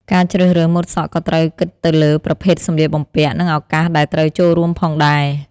ការជ្រើសរើសម៉ូតសក់ក៏ត្រូវគិតទៅលើប្រភេទសម្លៀកបំពាក់ និងឱកាសដែលត្រូវចូលរួមផងដែរ។